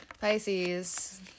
Pisces